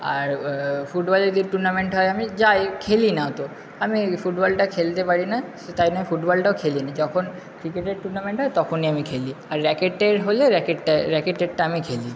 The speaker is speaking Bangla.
আর ফুটবলে যে টুর্নামেন্ট হয় আমি যাই খেলি না অত আমি ফুটবলটা খেলতে পারি না সে তাই জন্য ফুটবলটা খেলি না যখন ক্রিকেটের টুর্নামেন্ট হয় তখনই আমি খেলি আর র্যাকেটের হলে র্যাকেটটা র্যাকেটেরটা আমি খেলি